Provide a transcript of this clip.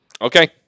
Okay